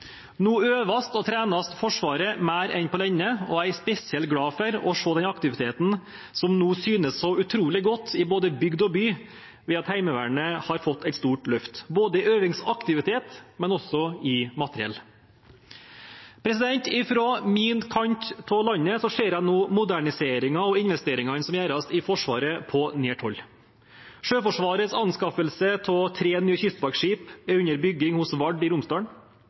Nå øver og trener Forsvaret mer enn på lenge, og jeg er spesielt glad for å se den aktiviteten som nå synes så utrolig godt i både bygd og by ved at Heimevernet har fått et stort løft, både i øving og aktivitet, og også i materiell. Fra min kant av landet ser jeg nå moderniseringen og investeringene som gjøres i Forsvaret, på nært hold. Sjøforsvarets anskaffelse av tre nye kystvaktskip er under bygging hos Vard i